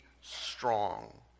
strong